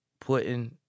putting